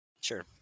Sure